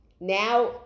now